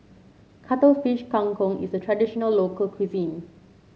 Cuttlefish Kang Kong is a traditional local cuisine